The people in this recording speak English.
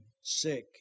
sick